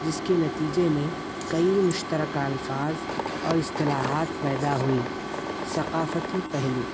جس کے نتیجے میں کئی مشترکہ الفاظ اور اصطلاحات پیدا ہوئیں ثقافتی پہلو